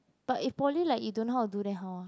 but in poly like you don't know how to do then how ah